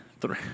three